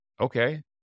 okay